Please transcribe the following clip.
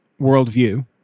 worldview